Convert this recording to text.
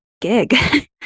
gig